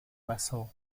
basó